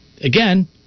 Again